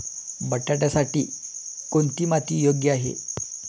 बटाट्यासाठी कोणती माती योग्य आहे?